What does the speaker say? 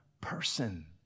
person